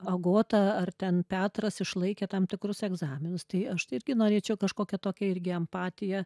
agota ar ten petras išlaikė tam tikrus egzaminus tai aš irgi norėčiau kažkokią tokią irgi empatiją